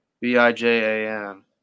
B-I-J-A-N